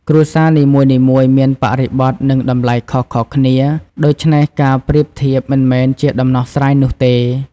គ្រួសារនីមួយៗមានបរិបទ និងតម្លៃខុសៗគ្នា ដូច្នេះការប្រៀបធៀបមិនមែនជាដំណោះស្រាយនោះទេ។